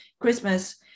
Christmas